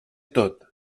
tot